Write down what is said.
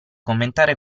commentare